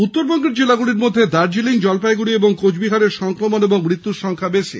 উত্তরবঙ্গের জেলাগুলির মধ্যে দার্জিলিং জলপাইগুড়ি ও কোচবিহারে সংক্রমণ ও মৃত্যুর সংখ্যা বেশি